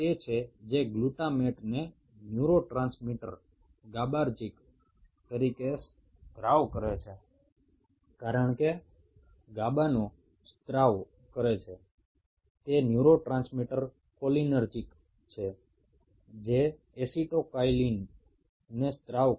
GABAergic নিউরনগুলো neurotransmitter হিসাবে GABA নিঃসরণ করে এবং কোলিনার্জিক নিউরনগুলো নিউরোট্রান্সমিটার হিসাবে অ্যাসিটাইলকোলিন নিঃসরণ করে